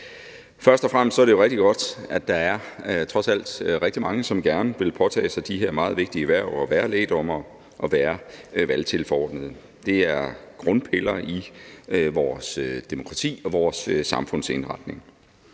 Først og fremmest er det jo rigtig godt, at der trods alt er rigtig mange, som gerne vil påtage sig de her meget vigtige hverv som lægdommer og valgtilforordnet. Det er grundpiller i vores demokrati og vores samfundsindretning.